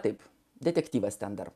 taip detektyvas centro